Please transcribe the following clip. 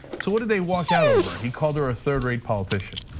so what do they walk out over? he called her a third rate politician.